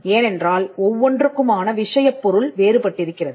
ஏனென்றால் ஒவ்வொன்றுக்குமான விஷயப்பொருள் வேறுபட்டிருக்கிறது